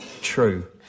true